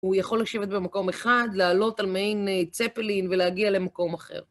הוא יכול לשבת במקום אחד, לעלות על מעין צפלין, ולהגיע למקום אחר.